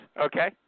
okay